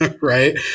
right